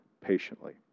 patiently